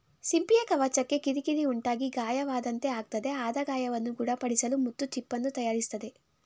ಸಿಂಪಿಯ ಕವಚಕ್ಕೆ ಕಿರಿಕಿರಿ ಉಂಟಾಗಿ ಗಾಯವಾದಂತೆ ಆಗ್ತದೆ ಆದ ಗಾಯವನ್ನು ಗುಣಪಡಿಸಲು ಮುತ್ತು ಚಿಪ್ಪನ್ನು ತಯಾರಿಸ್ತದೆ